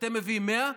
אתם מביאים 100,